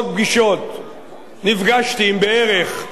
נפגשתי בערך עם 500,